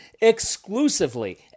exclusively